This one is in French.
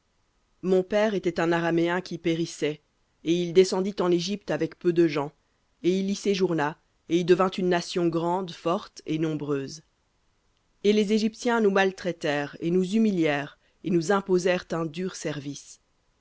mon père était un araméen qui périssait et il descendit en égypte avec peu de gens et il y séjourna et y devint une nation grande forte et nombreuse et les égyptiens nous maltraitèrent et nous humilièrent et nous imposèrent un dur service